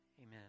Amen